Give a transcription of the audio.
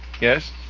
Yes